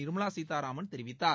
நிர்மலா சீதாராமன் தெரிவித்தார்